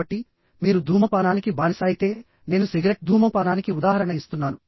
కాబట్టి మీరు ధూమపానానికి బానిస అయితే నేను సిగరెట్ ధూమపానానికి ఉదాహరణ ఇస్తున్నాను